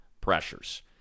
pressures